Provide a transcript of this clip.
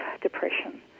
depression